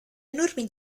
enormi